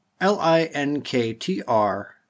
LINKTR